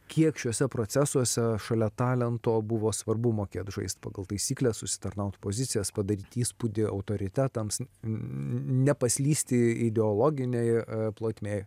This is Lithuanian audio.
kiek šiuose procesuose šalia talento buvo svarbu mokėt žaist pagal taisykles užsitarnaut pozicijas padaryt įspūdį autoritetams nepaslysti ideologinėj plotmėj